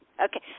Okay